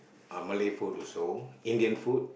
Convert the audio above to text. uh Malay food also Indian food